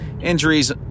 injuries